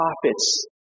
prophets